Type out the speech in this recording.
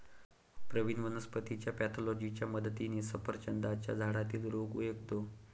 प्रवीण वनस्पतीच्या पॅथॉलॉजीच्या मदतीने सफरचंदाच्या झाडातील रोग ओळखतो